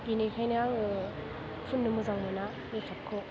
बिनिखायनो आङो फुननो मोजां मोना मेकापखौ